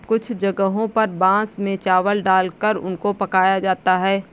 कुछ जगहों पर बांस में चावल डालकर उनको पकाया जाता है